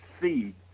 see